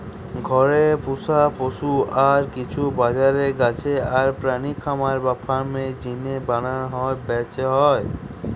ঘরে পুশা পশু আর কিছু বাজারের গাছ আর প্রাণী খামার বা ফার্ম এর জিনে বানানা আর ব্যাচা হয়